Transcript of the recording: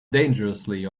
dangerously